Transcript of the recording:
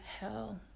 hell